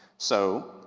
so,